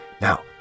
Now